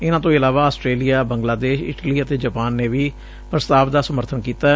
ਇਨੂਾਂ ਤੋਂ ਇਲਾਵਾ ਆਸਟਰੇਲੀਆ ਬੰਗਲਾਦੇਸ਼ ਇਟਲੀ ਅਤੇ ਜਾਪਾਨ ਨੁੇ ਵੀ ਪ੍ਸਤਾਵ ਦਾ ਸਮਰਥਨ ਕੀਤੈ